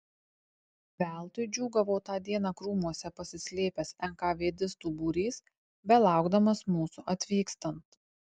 veltui džiūgavo tą dieną krūmuose pasislėpęs enkavėdistų būrys belaukdamas mūsų atvykstant